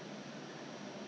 err err already a jam